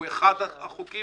היא אחת מהצעות החוק.